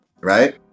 right